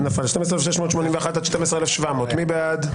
12,621 עד 12,640, מי בעד?